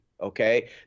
Okay